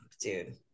dude